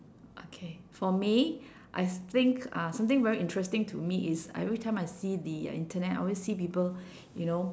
okay for me I think uh something very interesting to me is everytime I see the uh internet I always see people you know